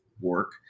work